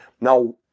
now